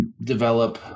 develop